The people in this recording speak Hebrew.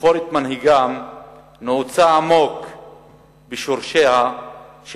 לבחור את מנהיגם נעוצה עמוק בשורשיה של